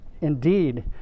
indeed